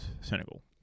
Senegal